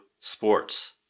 Sports